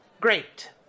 Great